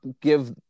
give